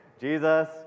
Jesus